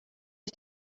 ist